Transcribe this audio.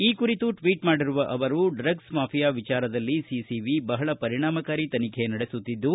ಈ ಕುರಿತು ಟ್ವೀಟ್ ಮಾಡಿರುವ ಅವರು ಡ್ರಗ್ಲ್ ಮಾಫಿಯಾ ವಿಚಾರದಲ್ಲಿ ಸಿಸಿಬಿ ಬಹಳ ಪರಿಣಾಮಕಾರಿ ತನಿಖೆ ನಡೆಸುತ್ತಿದ್ದು